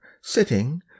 sitting